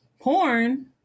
Porn